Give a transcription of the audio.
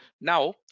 now